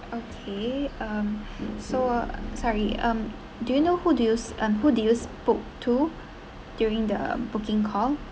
okay um so sorry um do you know who do you um who do you spoke to during the booking call